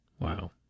Wow